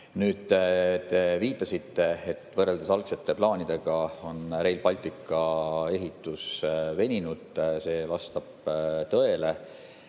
Te viitasite, et võrreldes algsete plaanidega on Rail Balticu ehitus veninud. See vastab tõele.